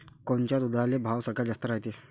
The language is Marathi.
कोनच्या दुधाले भाव सगळ्यात जास्त रायते?